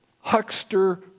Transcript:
huckster